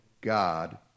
God